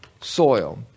soil